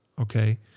okay